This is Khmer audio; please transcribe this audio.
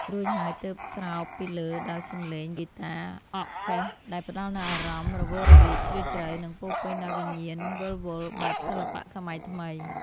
រួចហើយទើបស្រោបពីលើដោយសម្លេងហ្គីតាអគ្គិសនី ដែលផ្តល់នូវអារម្មណ៍រវើរវាយ ជ្រាលជ្រៅ និងពោរពេញដោយវិញ្ញាណវិលវល់បែបសិល្បៈសម័យថ្មី។